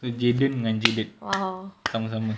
so jaden dengan jaded sama-sama